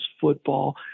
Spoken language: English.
football